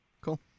Cool